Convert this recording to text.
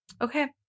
Okay